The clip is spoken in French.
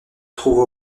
trouve